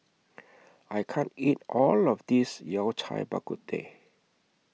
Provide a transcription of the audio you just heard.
I can't eat All of This Yao Cai Bak Kut Teh